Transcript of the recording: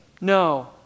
No